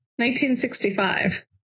1965